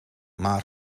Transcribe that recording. maar